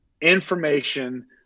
information